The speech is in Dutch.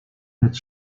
het